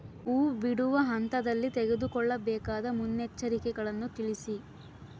ಹೂ ಬಿಡುವ ಹಂತದಲ್ಲಿ ತೆಗೆದುಕೊಳ್ಳಬೇಕಾದ ಮುನ್ನೆಚ್ಚರಿಕೆಗಳನ್ನು ತಿಳಿಸಿ?